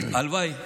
עודד, הלוואי.